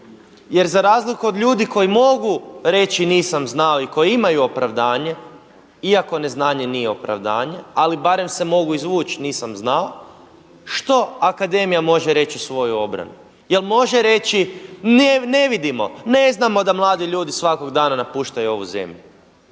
jer za razliku od ljudi koji mogu reći nisam znao i koji imamu opravdanje iako neznanje nije opravdanje ali barem se mogu izvući nisam znao. Što Akademija može reći u svoju obranu? Je li može reći, ne vidimo, ne znamo da mladi ljudi svakog dana napuštaju ovu zemlju,